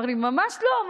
והוא אמר לי: ממש לא,